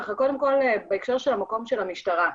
קודם כל בהקשר של המקום של המשטרה.